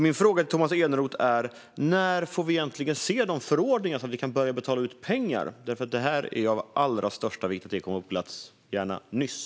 Min fråga till Tomas Eneroth är: När får vi egentligen se förordningarna så att vi kan börja betala ut pengar? Det är av allra största vikt att de kommer på plats, gärna nyss.